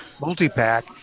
multi-pack